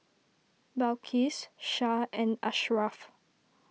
Balqis Shah and Ashraf